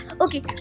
Okay